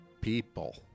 people